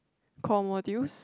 core modules